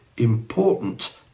Important